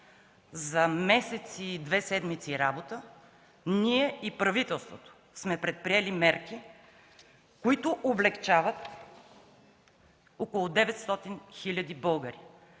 за месец и две седмици работа ние и правителството сме предприели мерки, които облекчават около 900 хиляди българи.